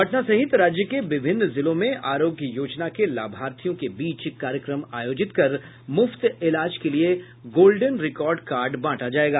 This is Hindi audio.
पटना सहित राज्य के विभिन्न जिलों में आरोग्य योजना के लाभार्थियों के बीच कार्यक्रम आयोजित कर मूफ्त इलाज के लिए गोल्डेन रिकॉर्ड कार्ड बांटा जायेगा